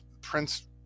Prince